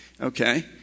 okay